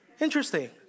Interesting